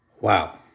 Wow